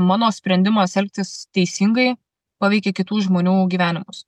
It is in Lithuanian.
mano sprendimas elgtis teisingai paveikė kitų žmonių gyvenimus